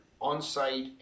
on-site